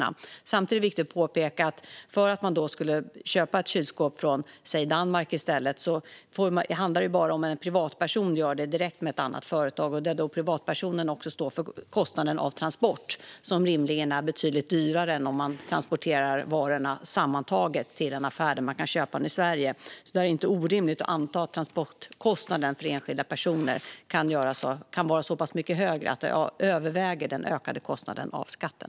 Samtidigt är det viktigt att påpeka att det handlar om att en privatperson köper ett kylskåp direkt från ett annat företag, till exempel från Danmark, och då står privatpersonen för kostnaden för transport, som rimligen är betydligt högre än den för transport av varor till en affär i Sverige. Det är inte orimligt att anta att transportkostnaden för enskilda personer kan vara så pass mycket högre att den överväger den ökade kostnaden av skatten.